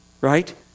right